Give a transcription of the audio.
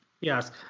yes